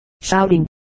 Shouting